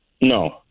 No